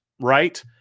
right